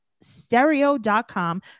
stereo.com